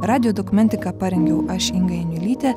radijo dokumentiką parengiau aš inga janiulytė